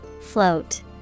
Float